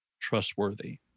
trustworthy